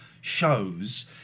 shows